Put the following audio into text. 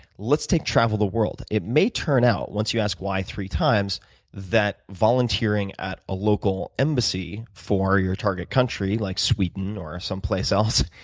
let's take travel the world, it may turn out, once you ask why three times that volunteering at a local embassy for your target country, like sweden or someplace else,